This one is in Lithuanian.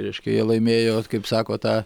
reiškia jie laimėjo kaip sako tą